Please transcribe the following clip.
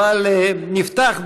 נפתח,